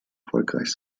erfolgreich